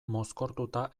mozkortuta